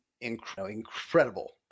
incredible